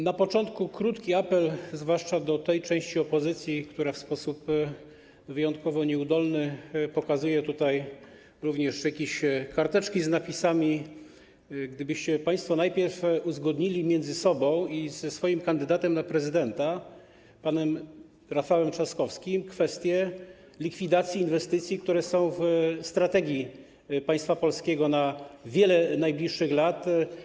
Na początku krótki apel, zwłaszcza do tej części opozycji, która w sposób wyjątkowo nieudolny pokazuje tutaj również jakieś karteczki z napisami, żebyście państwo najpierw uzgodnili między sobą i ze swoim kandydatem na prezydenta panem Rafałem Trzaskowskim kwestie likwidacji inwestycji, które są w strategii państwa polskiego na wiele najbliższych lat.